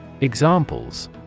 Examples